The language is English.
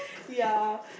yeah